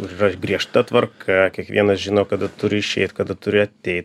ir yra griežta tvarka kiekvienas žino kada turi išeit kada turi ateit